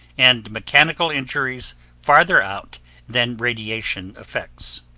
and mechanical injuries farther out than radiation effects.